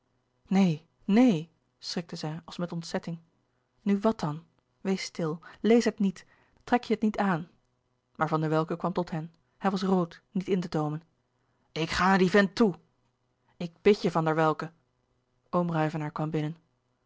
neen neen schrikte zij als met ontzetting nu wat dan wees stil lees het niet trek je het niet aan maar van der welcke kwam tot hen hij was rood niet in te toomen ik ga naar dien vent toe ik bid je van der welcke oom ruyvenaer kwam binnen